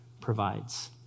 provides